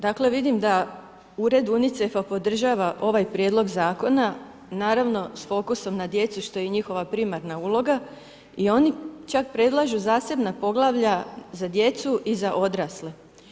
Dakle vidim da ured UNICEF-a podržava ovaj prijedlog zakona, naravno s fokusom na djeci što je njihova primarna uloga i oni čak predlažu zasebna poglavlja za djecu i za odrasle.